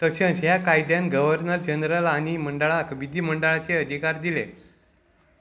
तशेंच ह्या कायद्यान गव्हर्नर जनरल आनी मंडळाक विधी मंडळाचे अधिकार दिले